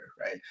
right